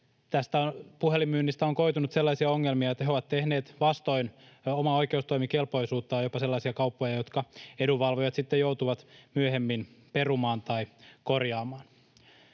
puhelinmyynnistä on koitunut jopa sellaisia ongelmia, että he tehneet vastoin omaa oikeustoimikelpoisuuttaan sellaisia kauppoja, jotka edunvalvojat sitten joutuvat myöhemmin perumaan tai korjaamaan.